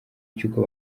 cy’uko